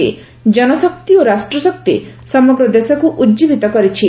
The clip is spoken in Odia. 'ଜନଶକ୍ତି ଓ ରାଷ୍ଟ୍ରଶକ୍ତି' ସମଗ୍ର ଦେଶକୁ ଉଜୀବିତ କରିଛି